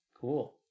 Cool